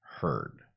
heard